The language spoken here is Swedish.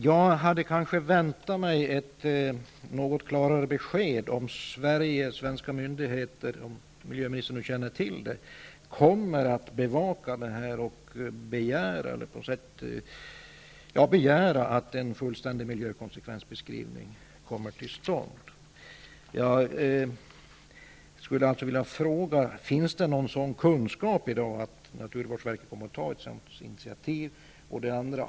Jag hade kanske väntat mig ett något klarare besked om Sverige och svenska myndigheter -- om miljöministern nu känner till det -- kommer att bevaka det här och begära att en fullständig miljökonsekvensbeskrivning kommer till stånd. Finns det någon sådan kunskap i dag så att naturvårdsvårdsverket kommer att ta ett sådant initiativ?